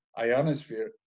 ionosphere